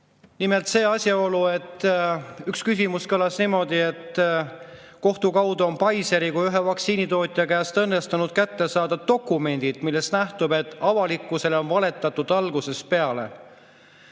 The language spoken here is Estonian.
Nimelt see asjaolu: üks küsimus kõlas niimoodi, et kohtu kaudu on Pfizeri kui ühe vaktsiinitootja käest õnnestunud kätte saada dokumendid, millest nähtub, et avalikkusele on valetatud algusest peale.